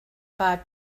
five